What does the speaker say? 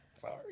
Sorry